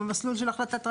במסלול של החלטת רשם,